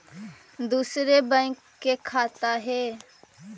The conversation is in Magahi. दुसरे बैंक के खाता हैं?